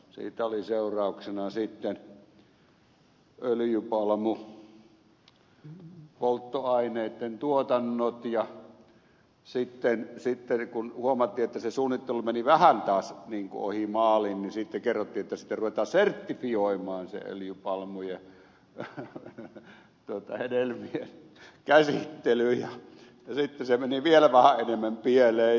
siitä olivat seurauksena sitten öljypalmupolttoaineitten tuotannot ja sitten kun huomattiin että se suunnittelu meni vähän taas niin kuin ohi maalin sitten kerrottiin että ruvetaan sertifioimaan se öljypalmun ja hedelmien käsittely ja sitten se meni vielä vähän enemmän pieleen